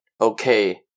okay